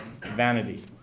vanity